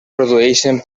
produeixen